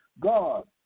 God